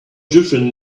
different